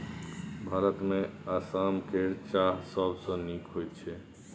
भारतमे आसाम केर चाह सबसँ नीक होइत छै